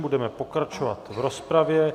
Budeme pokračovat v rozpravě.